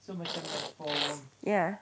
ya